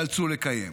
תיאלצו לקיים.